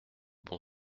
bon